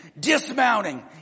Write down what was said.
dismounting